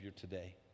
today